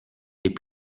les